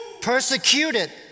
persecuted